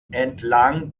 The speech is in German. entlang